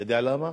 אתה יודע למה?